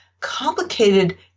complicated